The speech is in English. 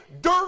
dirt